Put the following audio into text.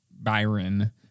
Byron